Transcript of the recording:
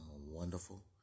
wonderful